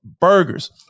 burgers